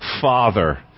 Father